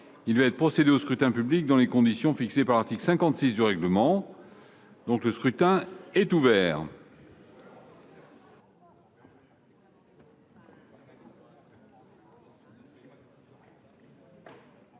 Il va être procédé au scrutin dans les conditions fixées par l'article 56 du règlement. Le scrutin est ouvert.